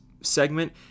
segment